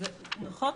נכון.